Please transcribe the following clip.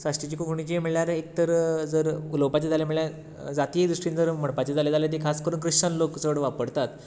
साश्टीचे कोंकणीचें म्हळ्यार एक तर उलोवपाचें जालें म्हळ्यार जातीय दृश्टीन जर म्हणपाचें जाल्यार ती खास करून क्रिश्चन लोक चड वापरतात